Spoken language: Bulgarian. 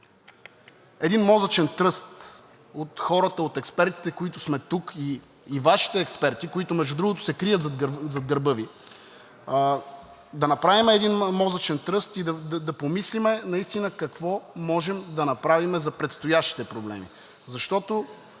един мозъчен тръст от хората, от експертите, които сме тук, и Вашите експерти, които, между другото, се крият зад гърба Ви. Да направим един мозъчен тръст и да помислим наистина какво можем да направим за предстоящите проблеми, защото